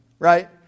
Right